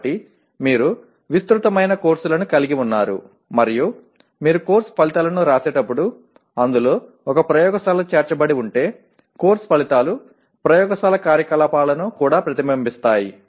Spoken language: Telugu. కాబట్టి మీరు విస్తృతమైన కోర్సులను కలిగి ఉన్నారు మరియు మీరు కోర్సు ఫలితాలను వ్రాసేటప్పుడు అందులో ఒక ప్రయోగశాల చేర్చబడి ఉంటే కోర్సు ఫలితాలు ప్రయోగశాల కార్యకలాపాలను కూడా ప్రతిబింబిస్తాయి